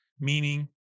meaning